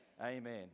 amen